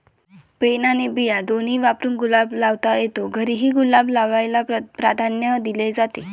pen आणि बिया दोन्ही वापरून गुलाब लावता येतो, घरीही गुलाब लावायला प्राधान्य दिले जाते